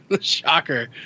shocker